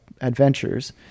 adventures